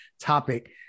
topic